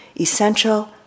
essential